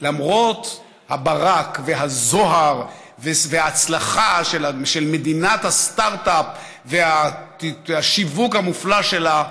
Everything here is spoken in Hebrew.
למרות הברק והזוהר וההצלחה של מדינת הסטרטאפ והשיווק המופלא שלה,